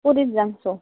পুৰীত যাংছো